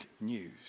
news